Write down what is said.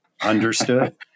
Understood